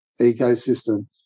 ecosystem